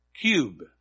cube